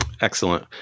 Excellent